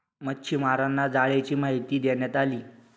मच्छीमारांना जाळ्यांची माहिती देण्यात आली